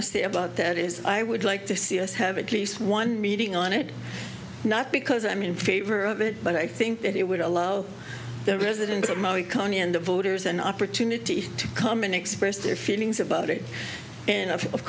to say about that is i would like to see us have at least one meeting on it not because i'm in favor of it but i think that it would allow the residents of my economy and the voters an opportunity to come and express their feelings about it and of